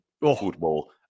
football